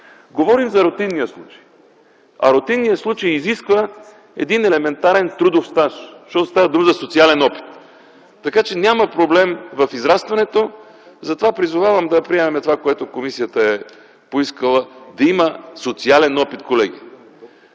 Говорим за рутинния случай, а той изисква един елементарен трудов стаж, защото става дума за социален опит. Така че няма проблем в израстването. Затова призовавам да приемем това, което е поискала комисията – да има социален опит, колеги.